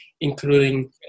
including